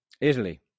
italy